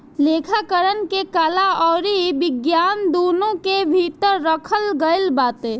लेखाकरण के कला अउरी विज्ञान दूनो के भीतर रखल गईल बाटे